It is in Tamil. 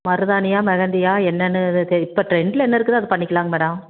மருதாணியா மெகந்தியா என்னென்னு இது தெ இப்போ ட்ரெண்டில் என்ன இருக்குதோ அது பண்ணிக்கலாங்க மேடம்